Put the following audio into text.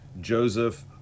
joseph